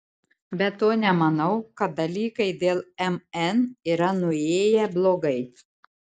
be to nemanau kad dalykai dėl mn yra nuėję blogai